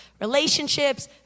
Relationships